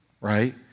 right